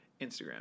Instagram